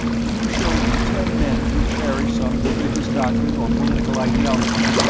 you show me ten men who cherish some religious doctrine or political ideology,